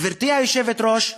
גברתי היושבת-ראש,